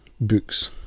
books